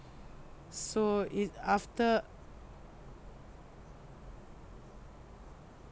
so it after